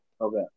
Okay